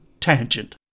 tangent